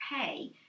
pay